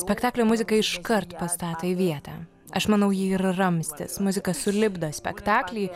spektaklio muzika iškart pastato į vietą aš manau ji yra ramstis muzika sulipdo spektaklį